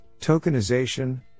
Tokenization